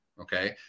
Okay